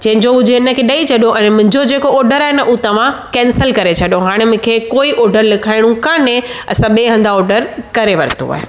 जंहिजो हुजे उनखे ॾई छॾियो ऐं मुंहिंजो जेको ऑडर आहे न उहा तव्हां कैंसिल करे छॾियो हाणे मूंखे कोई ऑडर लिखाइणो कोन्हे असां ॿिए हंधि ऑडर करे वरितो आहे